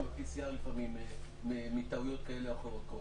ב-PCR לפעמים יש טעויות כאלה או אחרות.